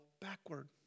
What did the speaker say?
backward